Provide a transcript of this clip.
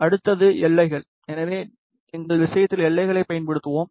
அடுத்தது எல்லைகள் எனவே எங்கள் விஷயத்தில் எல்லைகளைப் பயன்படுத்துவோம்